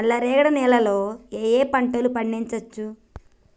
నల్లరేగడి నేల లో ఏ ఏ పంట లు పండించచ్చు?